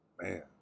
man